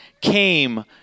came